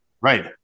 Right